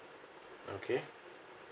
okay